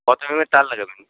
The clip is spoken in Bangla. কত এমেমের তার লাগাবেন